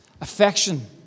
Affection